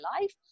life